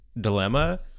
dilemma